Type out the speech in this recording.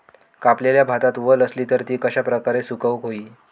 कापलेल्या भातात वल आसली तर ती कश्या प्रकारे सुकौक होई?